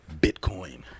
Bitcoin